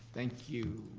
thank you.